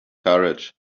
courage